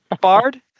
bard